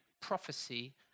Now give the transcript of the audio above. prophecy